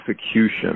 execution